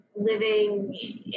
Living